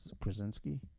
Krasinski